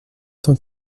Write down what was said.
cent